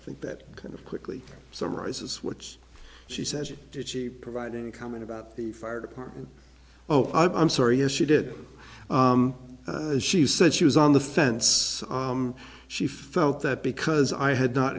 think that kind of quickly summarizes what's she says it did she provide any comment about the fire department oh i'm sorry if she did as she said she was on the fence she felt that because i had not